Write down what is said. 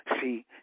See